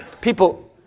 People